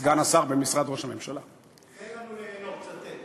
תן לנו ליהנות, צטט.